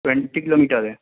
twenty kilometre ہے